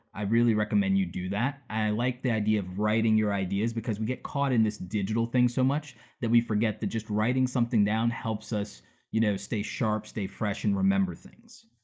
i'd really recommend you do that. i like the idea of writing your ideas, because we get caught in this digital thing so much that we forget that just writing something down helps us you know stay sharp, stay fresh, and remember things.